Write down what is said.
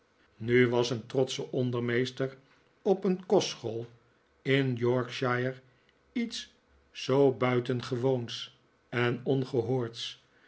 nu was een trotsche ondermeester op een kostschool in yorkshire iets zoo buitengewoons en ongehoords